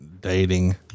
dating